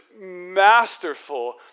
masterful